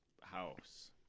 house